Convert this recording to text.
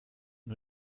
nur